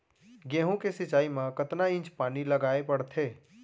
गेहूँ के सिंचाई मा कतना इंच पानी लगाए पड़थे?